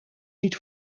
niet